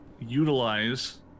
utilize